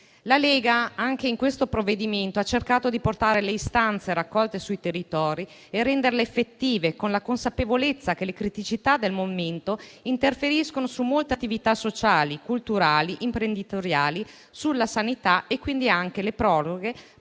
d'Azione anche nel provvedimento in esame ha cercato di portare le istanze raccolte nei territori e di renderle effettive, con la consapevolezza che le criticità del momento interferiscono con molte attività sociali, culturali, imprenditoriali e sulla sanità. Anche le proroghe